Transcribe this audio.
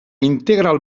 integral